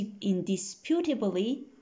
indisputably